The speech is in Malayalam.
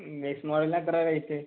ഉം ബേസ് മോഡലിനെത്ര റേറ്റ്